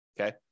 Okay